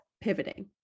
pivoting